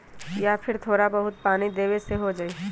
या फिर थोड़ा बहुत पानी देबे से हो जाइ?